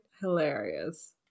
Hilarious